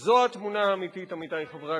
זו התמונה האמיתית, עמיתי חברי הכנסת.